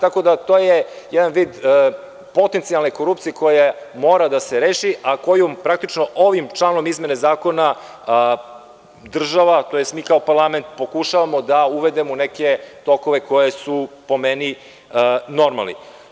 To je jedan vid potencijalne korupcije koja mora da se reši, a koju praktično ovim članom izmene zakona država tj. mi kao parlament pokušavamo da uvedemo u neke tokove koji su, po meni, normalni.